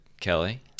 kelly